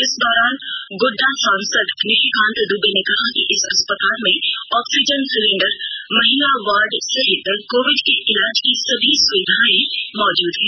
इस दौरान गोड्डा सांसद निशिकांत दूबे ने कहा कि इस अस्पताल में ऑक्सीजन सिलिंडर महिला वार्ड सहित कोविड के इलाज की सभी सुविधायें मौजूद हैं